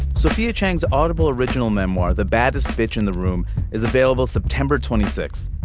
sophia chang's audible original memoir the baddest bitch in the room is available september twenty six.